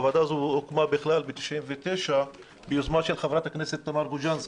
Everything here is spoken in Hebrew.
הוועדה הזו הוקמה ב-1999 ביוזמה של חברת הכנסת תמר גוז'נסקי.